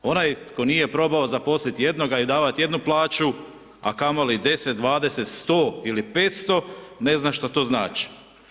Onaj tko nije probao zaposliti jednoga i davati jednu plaću, a kamoli 10, 20, 100 ili 500, ne zna šta to znači.